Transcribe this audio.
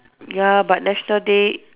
ya but national day